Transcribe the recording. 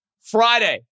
Friday